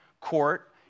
court